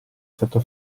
stato